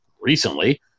recently